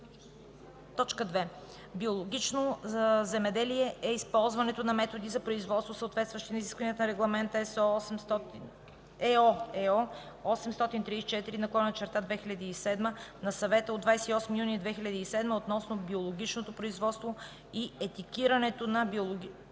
така: „2. „Биологично земеделие” е използването на методи за производство, съответстващи на изискванията на Регламент (ЕО) № 834/2007 на Съвета от 28 юни 2007 г. относно биологичното производство и етикетирането на биологични